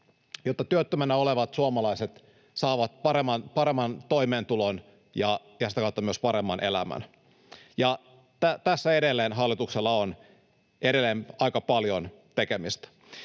jotta työttömänä olevat suomalaiset saavat paremman toimeentulon ja sitä kautta myös paremman elämän. Tässä hallituksella on edelleen aika paljon tekemistä.